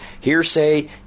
hearsay